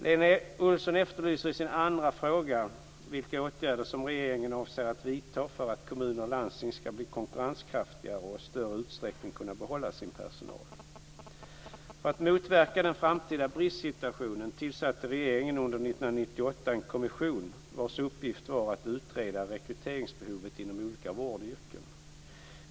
Lena Olsson efterlyser i sin andra fråga vilka åtgärder som regeringen avser att vidta för att kommuner och landsting ska bli konkurrenskraftigare och i större utsträckning kunna behålla sin personal. För att motverka den framtida bristsituationen tillsatte regeringen under år 1998 en kommission vars uppgift var att utreda rekryteringsbehovet inom olika vårdyrken.